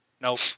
Nope